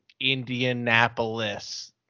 Indianapolis